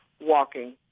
walking